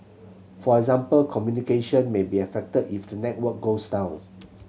for example communication may be affected if the network goes down